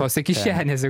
tose kišenėse